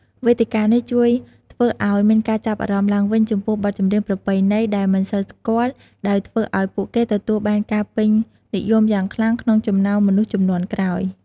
វេទិកានេះជួយធ្វើឱ្យមានការចាប់អារម្មណ៍ឡើងវិញចំពោះបទចម្រៀងប្រពៃណីដែលមិនសូវស្គាល់ ដោយធ្វើឱ្យពួកគេទទួលបានការពេញនិយមយ៉ាងខ្លាំងក្នុងចំណោមមនុស្សជំនាន់ក្រោយ។